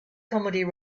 comedy